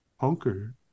Punker